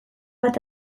bat